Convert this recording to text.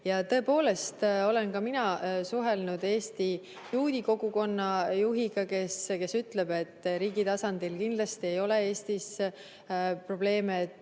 Tõepoolest, olen ka mina suhelnud Eesti juudi kogukonna juhiga, kes ütleb, et riigi tasandil kindlasti ei ole Eestis probleeme,